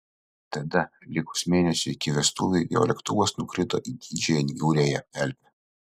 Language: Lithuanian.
tada likus mėnesiui iki vestuvių jo lėktuvas nukrito į didžiąją niūriąją pelkę